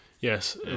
Yes